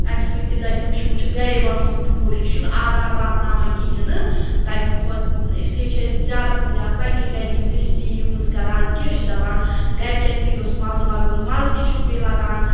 اَمہِ سۭتۍ کہِ دَپہِ وٕچھ یِمو چھِ گَری بَنومُت فُڈ یہِ چھُنہٕ آزار واتناوان کِہیٖنۍ نہٕ تَمہِ کھۄتہٕ اِسلیے چھِ أسۍ زیادٕ کھۄتہٕ زیادٕ پنٛنے گَرِ یَم رٮ۪سِپی یوٗز کَران کہِ أسۍ چھِ دَپان گَرِکٮ۪ن تہِ گوٚژھ مَزٕ لَگُن مَزٕ تہِ چھُ بیٚیہِ لَگان